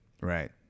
Right